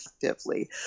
effectively